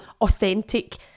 authentic